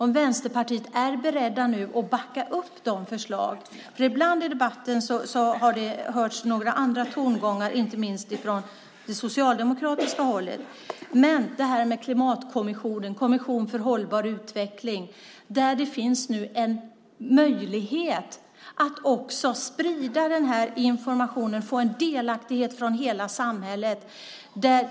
Är Vänsterpartiet berett att backa upp dessa förslag? Ibland har det hörts andra tongångar i debatten, inte minst från socialdemokratiskt håll. När det gäller klimatkommissionen, kommissionen för hållbar utveckling, finns det nu en möjlighet att sprida informationen och få hela samhället delaktigt.